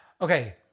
Okay